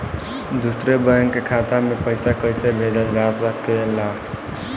दूसरे बैंक के खाता में पइसा कइसे भेजल जा सके ला?